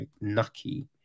Nucky